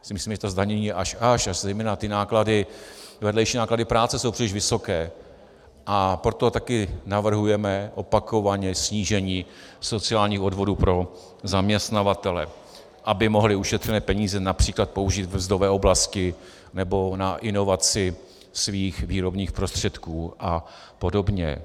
My si myslíme, že to zdanění je až až, zejména ty vedlejší náklady práce jsou příliš vysoké, a proto taky navrhujeme opakovaně snížení sociálních odvodů pro zaměstnavatele, aby mohli ušetřené peníze např. použít ve mzdové oblasti nebo na inovaci svých výrobních prostředků apod.